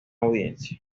audiencia